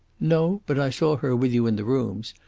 no but i saw her with you in the rooms.